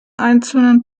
einzelnen